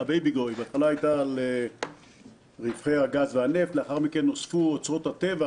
שבהתחלה הייתה על רווחי הגז והנפט ולאחר מכן הוספו אוצרות הטבע.